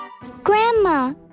Grandma